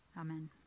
Amen